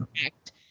correct